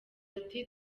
ati